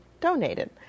donated